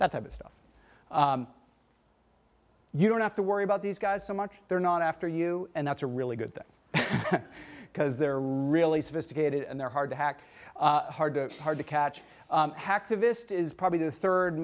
that type of stuff you don't have to worry about these guys so much they're not after you and that's a really good thing because they're really sophisticated and they're hard to hack hard to hard to catch hacktivist is probably the third